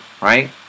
right